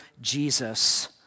Jesus